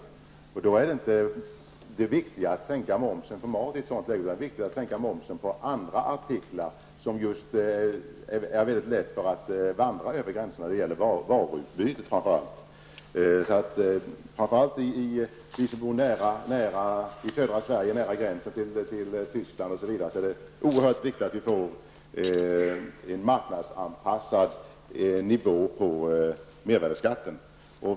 I ett sådant läge är inte det viktiga att sänka momsen på mat, utan det är viktigare att sänka momsen på andra artiklar som lätt vandrar över gränserna. Det gäller framför allt varuutbytet. Södra Sverige ligger nära gränsen till Tyskland. Därför är det oerhört viktigt att vi får en marknadsanpassad nivå på mervärdeskatten.